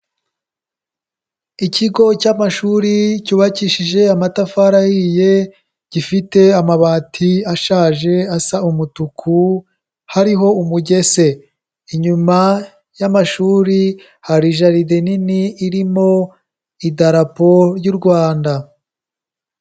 Ikigo cy'amashuri cyubakishije amatafari ahiye, gifite amabati ashaje asa umutuku hariho umugese. Inyuma y'amashuri hari jaride nini irimo idarapo ry'u Rwanda.